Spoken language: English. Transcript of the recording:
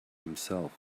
himself